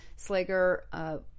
Slager